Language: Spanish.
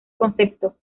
concepto